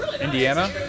Indiana